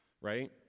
right